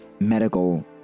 medical